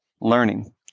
learning